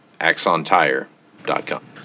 axontire.com